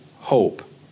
hope